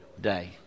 day